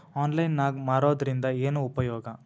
Online ನಾಗ್ ಮಾರೋದ್ರಿಂದ ಏನು ಉಪಯೋಗ?